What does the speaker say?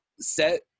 Set